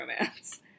romance